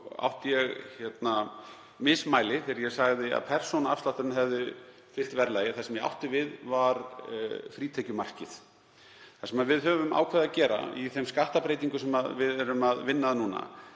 ég mig þegar ég sagði að persónuafslátturinn hefði fylgt verðlagi. Það sem ég átti við var frítekjumarkið. Það sem við höfum ákveðið að gera í þeim skattbreytingum sem við erum að vinna að núna